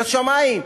לשמים,